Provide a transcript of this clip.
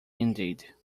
indeed